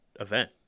event